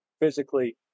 physically